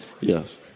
Yes